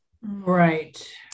Right